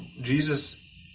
jesus